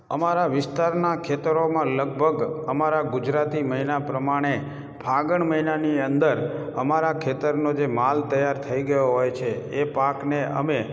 અમારા વિસ્તારનાં ખેતરોમાં લગભગ અમારા ગુજરાતી મહિના પ્રમાણે ફાગણ મહિનાની અંદર અમારા ખેતરનો જે માલ તૈયાર થઇ ગયો હોય છે એ પાકને અમે